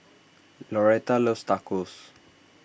Lauretta loves Tacos